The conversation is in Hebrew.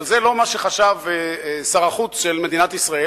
אבל זה לא מה שחשב שר החוץ של מדינת ישראל,